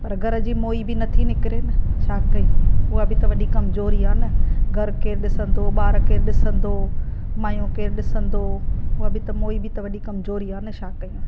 पर घर जी मोही बि नथी निकिरे न छा कयूं उहा बि तव्हां वॾी कमज़ोरी आहे न घरु केरु ॾिसंदो ॿारु केरु ॾिसंदो माइयूं केरु ॾिसंदो हूअं बि त मोही बि त वॾी कमज़ोरी आहे न छा कयूं